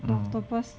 the octopus